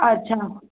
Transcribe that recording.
अच्छा